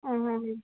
ಹ್ಞೂ ಹ್ಞೂ ಹ್ಞೂ